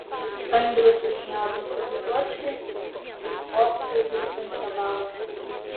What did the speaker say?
andrius sušnioja botagu juočkiui ir spokso į virstančią vagą